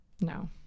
no